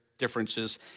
differences